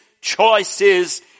Choices